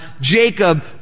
Jacob